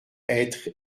être